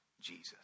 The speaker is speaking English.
Jesus